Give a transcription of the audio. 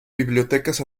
bibliotecas